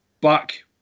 back